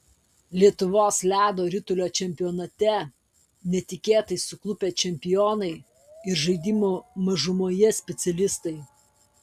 lietuvos ledo ritulio čempionate netikėtai suklupę čempionai ir žaidimo mažumoje specialistai